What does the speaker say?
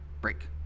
break